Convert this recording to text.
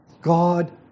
God